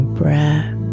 breath